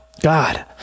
God